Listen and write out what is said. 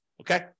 okay